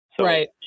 Right